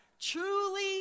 Truly